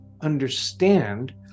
understand